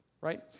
right